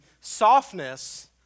softness